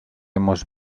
hemos